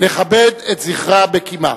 נכבד את זכרה בקימה.